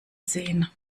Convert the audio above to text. sehen